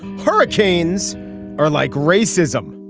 hurricanes are like racism.